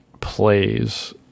plays